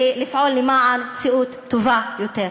ולפעול למען מציאות טובה יותר.